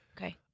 Okay